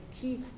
key